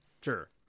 Sure